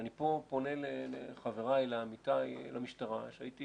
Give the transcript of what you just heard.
אני פה פונה לחבריי, לעמיתיי במשטרה, שהייתי